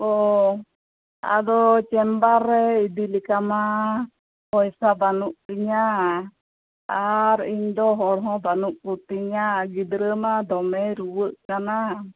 ᱚ ᱟᱫᱚ ᱪᱮᱢᱵᱟᱨ ᱨᱮ ᱤᱫᱤ ᱞᱮᱠᱟᱢᱟ ᱯᱚᱭᱥᱟ ᱵᱟᱹᱱᱩᱜ ᱛᱤᱧᱟᱹ ᱟᱨ ᱤᱧᱫᱚ ᱦᱚᱲ ᱦᱚᱸ ᱵᱟᱹᱱᱩᱜ ᱠᱚᱛᱤᱧᱟ ᱜᱤᱫᱽᱨᱟᱹ ᱢᱟ ᱫᱚᱢᱮᱭ ᱨᱩᱣᱟᱹᱜ ᱠᱟᱱᱟ